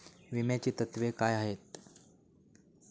विम्याची तत्वे काय आहेत?